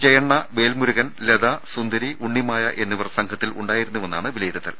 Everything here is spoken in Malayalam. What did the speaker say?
ജയണ്ണ വേൽമുരുകൻ ലത സുന്ദരി ഉണ്ണിമായ എന്നിവർ സംഘത്തിൽ ഉണ്ടാ യിരുന്നുവെന്നാണ് വിലയിരുത്തൽ